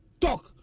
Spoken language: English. talk